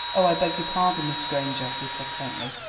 oh, i beg your pardon, miss granger, he said faintly.